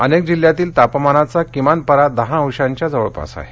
अनेक जिल्ह्यांतील तापमानाचा किमान पारा दहा अंशांच्या जवळपास आहे